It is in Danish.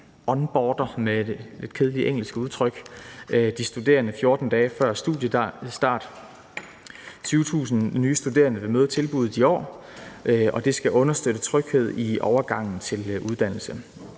lidt kedeligt engelsk udtryk onboarder de studerende 14 dage før studiestart. 20.000 nye studerende vil møde tilbuddet i år, og det skal understøtte tryghed i overgangen til uddannelse.